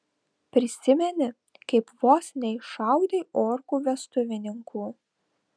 prisimeni kaip vos neiššaudei orkų vestuvininkų